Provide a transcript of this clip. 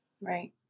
Right